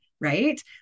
right